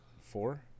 Four